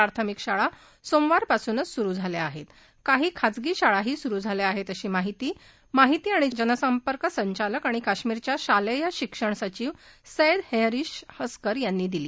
प्राथमिक शाळा सोमवारपासूनच सुरु झाल्या आहस्त काही खासगी शाळाही सुरु झाल्या आहस्तअशी माहिती माहिती आणि जनसंपर्क संचालक आणि काश्मीरच्या शालेय शिक्षण सचिव सैद सेहरिष अस्कर यांनी दिली